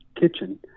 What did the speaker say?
kitchen